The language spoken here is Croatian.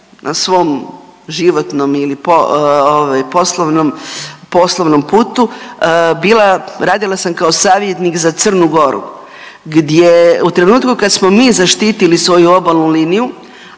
na svom životnom ili po, ovaj, poslovnom putu bila, radila sam kao savjetnik za Crnu Goru gdje u trenutku kad smo mi zaštitili svoju obalnu liniju,